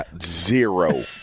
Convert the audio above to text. zero